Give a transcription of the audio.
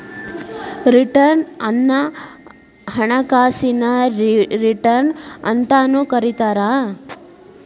return ಅನ್ನ ಹಣಕಾಸಿನ return ಅಂತಾನೂ ಕರಿತಾರ